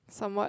some what